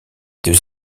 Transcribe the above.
deux